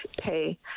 pay